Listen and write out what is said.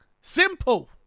Simple